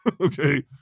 Okay